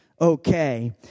okay